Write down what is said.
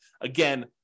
Again